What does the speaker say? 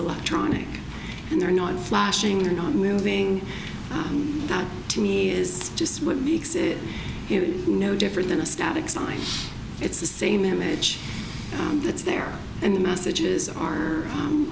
lot tronic and they're not flashing or not moving to me is just what makes it no different than a static sign it's the same image that's there and the messages are